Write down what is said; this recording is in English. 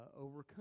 overcome